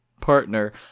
partner